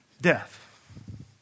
death